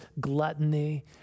gluttony